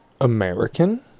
American